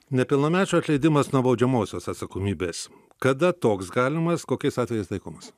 nepilnamečių atleidimas nuo baudžiamosios atsakomybės kada toks galimas kokiais atvejais taikomas